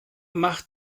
macht